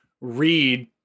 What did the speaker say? read